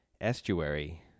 Estuary